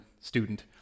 student